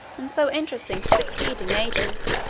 and so interesting to succeeding ages.